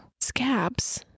scabs